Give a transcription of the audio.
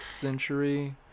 century